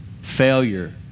failure